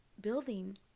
building